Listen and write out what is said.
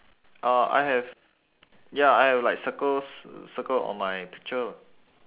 uh I have ya I have like circles circle on my picture lah